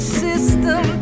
system